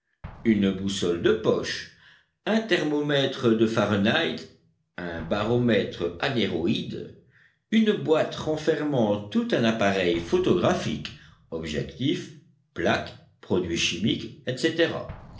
une boussole de poche un thermomètre de fahrenheit un baromètre anéroïde une boîte renfermant tout un appareil photographique objectif plaques produits chimiques etc